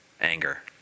Anger